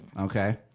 Okay